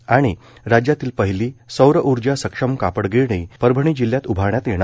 आणि राज्यातील पहिली सौरऊर्जा सक्षम कापडगिरणी परभणी जिल्ह्यात उभारण्यात येणार